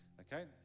okay